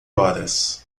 horas